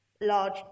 large